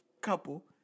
couple